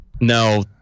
No